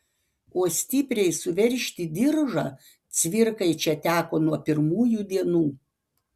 o stipriai suveržti diržą cvirkai čia teko nuo pirmųjų dienų